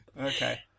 Okay